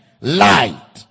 Light